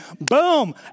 boom